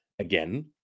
Again